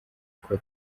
uko